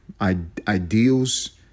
ideals